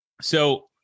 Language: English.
So-